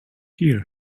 here